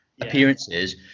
appearances